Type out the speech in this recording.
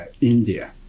India